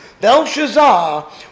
Belshazzar